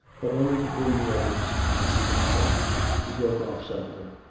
but only to bring the others and see them safe he broke off suddenly.